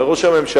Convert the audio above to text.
הרי ראש הממשלה,